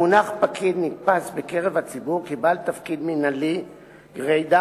המונח "פקיד" נתפס בקרב הציבור כבעל תפקיד מינהלתי גרידא,